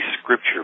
scripture